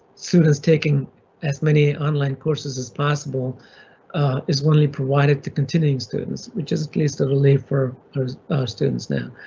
students taking as many online courses as possible is only provided to continuing students which is at least a relief for ah students now.